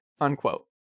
unquote